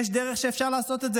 יש דרך שאפשר לעשות את זה.